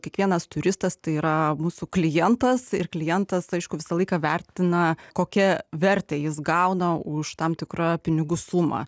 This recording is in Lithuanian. kiekvienas turistas tai yra mūsų klientas ir klientas aišku visą laiką vertina kokią vertę jis gauna už tam tikrą pinigų sumą